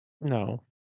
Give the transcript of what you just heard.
No